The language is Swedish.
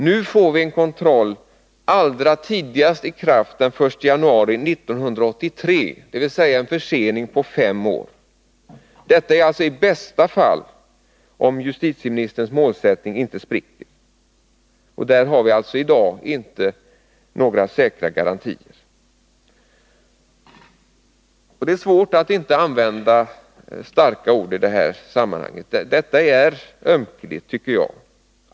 Nu får vi en kontroll som träder i kraft allra tidigast den 1 januari 1983, dvs. fem år för sent — och det är i bästa fall, om justitieministerns målsättning inte spricker. Där har vi alltså i dag inte några säkra garantier. Det är svårt att inte använda starka ord i sammanhanget. Detta är ömkligt, tycker jag.